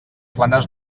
planes